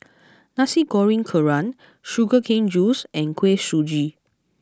Nasi Goreng Kerang Sugar CaneJuice and Kuih Suji